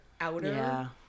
outer